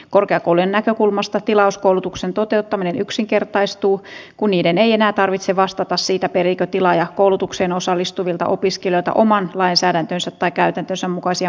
korkeakoulujen näkökulmasta tilauskoulutuksen toteuttaminen yksinkertaistuu kun niiden ei enää tarvitse vastata siitä periikö tilaaja koulutukseen osallistuvilta opiskelijoilta oman lainsäädäntönsä tai käytäntönsä mukaisia maksuja